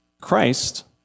Christ